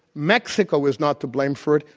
mexico is not to blame for it,